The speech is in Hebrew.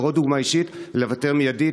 להראות דוגמה אישית ולוותר מיידית.